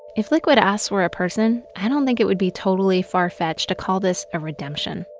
if liquid ass were a person. i don't think it would be totally farfetched to call this a redemption.